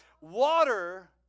Water